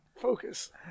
Focus